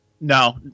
No